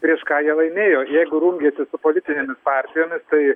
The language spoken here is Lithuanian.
prieš ką jie laimėjo jeigu rungėsi su politinėmis partijomis tai